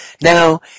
Now